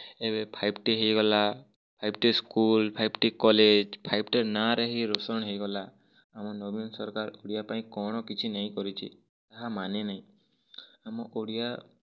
ଏବେ ଫାଇଭ୍ ଟି ହେଇଗଲା ଫାଇଭ୍ ଟି school five ଟି college five ଟି ନାଁ ରେ ହିଁ ରୋଶନ୍ ହେଇଗଲା ଆମ ନବୀନ ସରକାର ଓଡ଼ିଆ ପାଇଁ କ'ଣ କିଛି ନ କରିଛି ତାହା ମାନେ ନାହିଁ ଆମ ଓଡ଼ିଆ